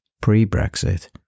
pre-Brexit